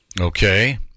Okay